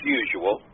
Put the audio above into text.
usual